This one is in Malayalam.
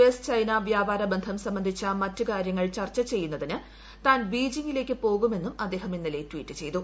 എസ് ചൈന വ്യാപാര ബന്ധം സംബന്ധിച്ച മറ്റു കാര്യങ്ങൾ ചർച്ച ചെയ്യുന്നതിന് താൻ ബീജിംഗിലേക്ക് പോകുമെന്നും അദ്ദേഹം ഇന്നലെ ട്വീറ്റു ചെയ്തു